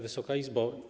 Wysoka Izbo!